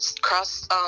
Cross